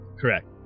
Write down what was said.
Correct